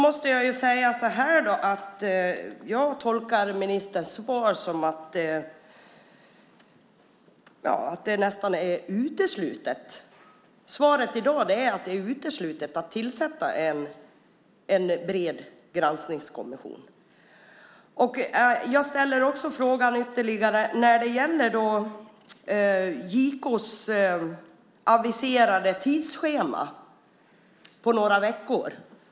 Herr talman! Jag tolkar ministerns svar som att det nästan är uteslutet. Svaret i dag är att det är uteslutet att tillsätta en bred granskningskommission. Jag vill ställa en ytterligare fråga som gäller JK:s aviserade tidsschema på några veckor.